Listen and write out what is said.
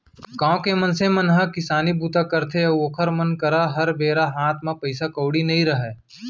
गाँव के मनसे मन ह किसानी बूता करथे अउ ओखर मन करा हर बेरा हात म पइसा कउड़ी नइ रहय